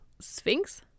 Sphinx